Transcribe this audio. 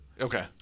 Okay